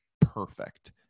perfect